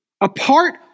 apart